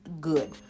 good